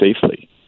safely